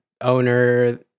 owner